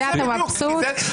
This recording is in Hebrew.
תגיד, אתה בחקירה נגדית מולו?